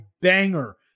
banger